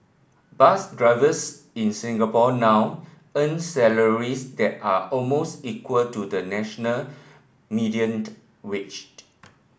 bus drivers in Singapore now earn salaries that are almost equal to the national mediator waged